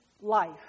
life